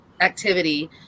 activity